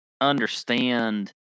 understand